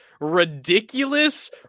ridiculous